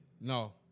No